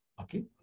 Okay